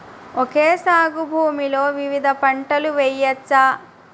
Okay సాగు భూమిలో వివిధ పంటలు వెయ్యచ్చా?